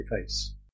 face